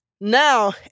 Now